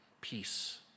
peace